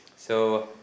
so